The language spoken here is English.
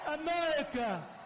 America